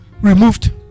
removed